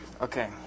Okay